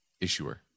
issuer